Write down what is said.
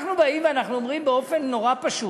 אנחנו באים ואנחנו אומרים באופן נורא פשוט: